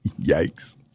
Yikes